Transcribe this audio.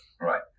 Right